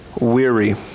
weary